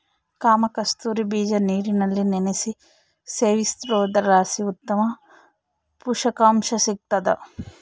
ಕಾಮಕಸ್ತೂರಿ ಬೀಜ ನೀರಿನಲ್ಲಿ ನೆನೆಸಿ ಸೇವಿಸೋದ್ರಲಾಸಿ ಉತ್ತಮ ಪುಷಕಾಂಶ ಸಿಗ್ತಾದ